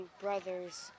brothers